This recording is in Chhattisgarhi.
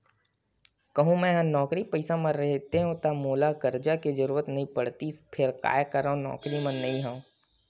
कहूँ मेंहा नौकरी पइसा म रहितेंव ता मोला करजा के जरुरत नइ पड़तिस फेर काय करव नउकरी म नइ हंव